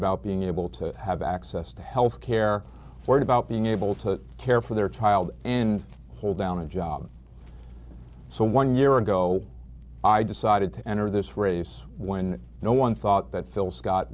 about being able to have access to health care for about being able to care for their child and hold down a job so one year ago i decided to enter this race when no one thought